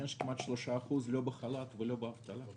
מעניין שכמעט 3% לא בחל"ת ולא באבטלה.